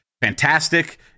fantastic